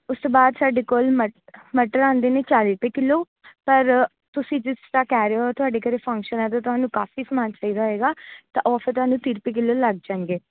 ਉਸ ਤੋਂ ਬਾਅਦ ਸਾਡੇ ਕੋਲ ਮ ਮਟਰ ਆਉਂਦੇ ਨੇ ਚਾਲੀ ਰੁਪਏ ਕਿੱਲੋ ਪਰ ਤੁਸੀਂ ਜਿਸ ਤਰ੍ਹਾਂ ਕਹਿ ਰਹੇ ਹੋ ਤੁਹਾਡੇ ਘਰ ਫੰਕਸ਼ਨ ਹੈ ਤਾਂ ਤੁਹਾਨੂੰ ਕਾਫੀ ਸਮਾਨ ਚਾਹੀਦਾ ਹੋਏਗਾ ਤਾਂ ਉਹ ਫਿਰ ਤੁਹਾਨੂੰ ਤੀਹ ਰੁਪਏ ਕਿੱਲੋ ਲੱਗ ਜਾਣਗੇ